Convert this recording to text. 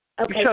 Okay